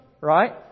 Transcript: right